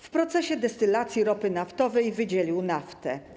W procesie destylacji ropy naftowej wydzielił naftę.